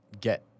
get